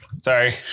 Sorry